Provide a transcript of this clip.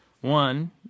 One